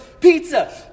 Pizza